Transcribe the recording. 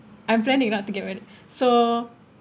I'm planning not to get married so